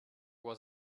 was